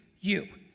you,